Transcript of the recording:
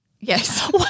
Yes